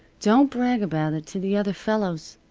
don't brag about it to the other fellows.